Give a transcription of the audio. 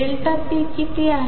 Δp किती आहे